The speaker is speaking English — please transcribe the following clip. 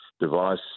device